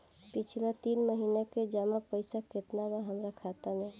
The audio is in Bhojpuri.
पिछला तीन महीना के जमा पैसा केतना बा हमरा खाता मे?